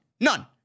None